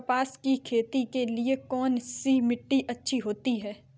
कपास की खेती के लिए कौन सी मिट्टी अच्छी होती है?